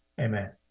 amen